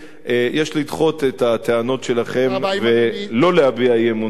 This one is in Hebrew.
יש לדחות את הטענות שלכם ולא להביע אי-אמון בממשלה.